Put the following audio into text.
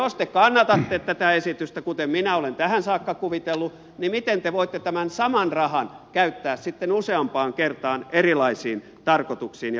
jos te kannatatte tätä esitystä kuten minä olen tähän saakka kuvitellut niin miten te voitte tämän saman rahan käyttää sitten useampaan kertaan erilaisiin tarkoituksiin ja verotukiin